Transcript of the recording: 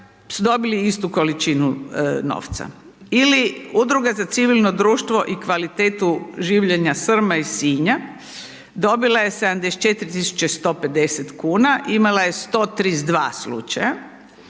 dobili istu količinu novca ili udruga za civilno društvo i kvalitetu življenja Srma iz Sinja dobila je 74 tisuće 150 kn i imala je 132 slučaja.